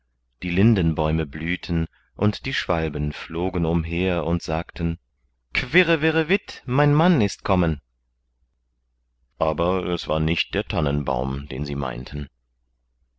die lindenbäume blühten und die schwalben flogen umher und sagten quirrevirrevit mein mann ist kommen aber es war nicht der tannenbaum den sie meinten